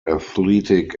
athletic